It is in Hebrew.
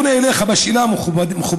אני פונה אליך בשאלה, מכובדי: